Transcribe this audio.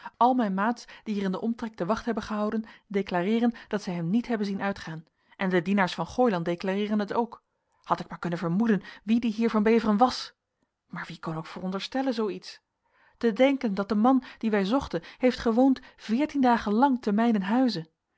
al mijn maats die hier in den omtrek de wacht hebben gehouden declareeren dat zij hem niet hebben zien uitgaan en de dienaars van gooiland declareeren het ook had ik maar kunnen vermoeden wie die heer van beveren was maar wie kon ook veronderstellen zoo iets te denken dat de man dien wij zochten heeft gewoond veertien dagen lang te mijnen huize